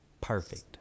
Perfect